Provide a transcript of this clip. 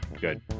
good